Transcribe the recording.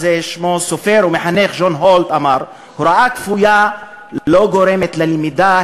הסופר או המחנך ג'ון הולט אמר: הוראה בכפייה לא גורמת ללמידה,